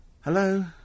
Hello